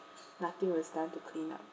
nothing was done to clean up